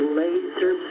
laser